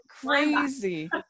crazy